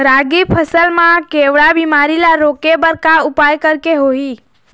रागी फसल मा केवड़ा बीमारी ला रोके बर का उपाय करेक होही?